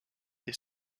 est